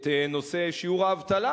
את נושא שיעור האבטלה,